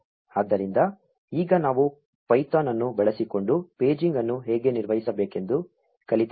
ಆದ್ದರಿಂದ ಈಗ ನಾವು ಪೈಥಾನ್ ಅನ್ನು ಬಳಸಿಕೊಂಡು ಪೇಜಿಂಗ್ ಅನ್ನು ಹೇಗೆ ನಿರ್ವಹಿಸಬೇಕೆಂದು ಕಲಿತಿದ್ದೇವೆ